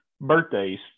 birthdays